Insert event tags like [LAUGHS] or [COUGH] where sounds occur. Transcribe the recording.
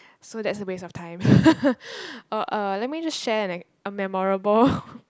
so that's a waste of time [LAUGHS] oh uh let me just share an a memorable [LAUGHS]